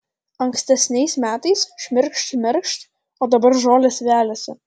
ankstesniais metais šmirkšt šmirkšt o dabar žolės veliasi